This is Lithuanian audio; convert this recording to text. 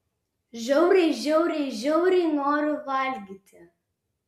žiauriai žiauriai žiauriai noriu valgyti